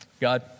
God